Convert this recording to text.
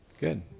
good